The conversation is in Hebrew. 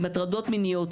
עם הטרדות מיניות,